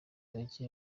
tariki